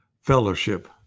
Fellowship